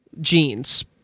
Jean's